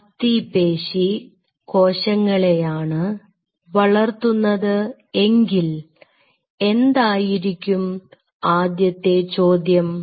അസ്ഥിപേശി കോശങ്ങളെയാണ് വളർത്തുന്നത് എങ്കിൽ എന്തായിരിക്കും ആദ്യത്തെ ചോദ്യം